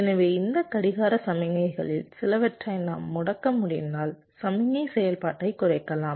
எனவே இந்த கடிகார சமிக்ஞைகளில் சிலவற்றை நாம் முடக்க முடிந்தால் சமிக்ஞை செயல்பாட்டைக் குறைக்கலாம்